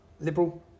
liberal